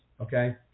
okay